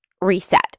reset